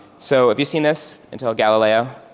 so have you seen this? intel galileo.